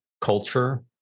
culture